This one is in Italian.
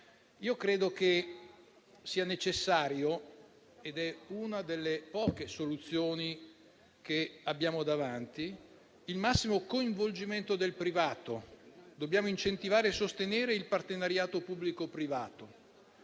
Credo sia necessario - è una delle poche soluzioni che abbiamo davanti - il massimo coinvolgimento del privato. Dobbiamo incentivare e sostenere il partenariato pubblico-privato,